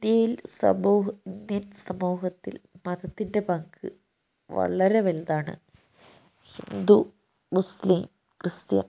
ഈ സമൂഹ ഇന്ത്യൻ സമൂഹത്തിൽ മതത്തിന്റെ പങ്ക് വളരെ വലുതാണ് ഹിന്ദു മുസ്ലിം ക്രിസ്ത്യൻ